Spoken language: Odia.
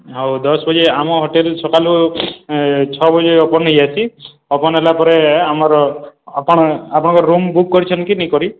ହଉ ଦଶ୍ ବଜେ ଆମ ହୋଟେଲ୍ ସକାଲୁ ଛଅ ବଜେ ଓପନ୍ ହେଇଯାଏସି ଓପନ୍ ହେଲା ପରେ ଆମର୍ ଆପଣ୍ ଆପଣ୍ଙ୍କର୍ ରୁମ୍ ବୁକ୍ କରିଛନ୍ କି ନେଇ କରି